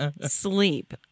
sleep